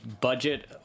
Budget